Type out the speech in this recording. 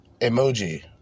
emoji